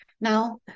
Now